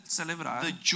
celebrate